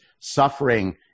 suffering